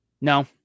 no